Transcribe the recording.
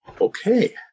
Okay